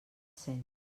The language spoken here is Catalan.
cent